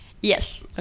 Yes